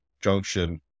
junction